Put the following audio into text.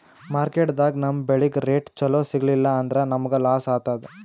ಮಾರ್ಕೆಟ್ದಾಗ್ ನಮ್ ಬೆಳಿಗ್ ರೇಟ್ ಚೊಲೋ ಸಿಗಲಿಲ್ಲ ಅಂದ್ರ ನಮಗ ಲಾಸ್ ಆತದ್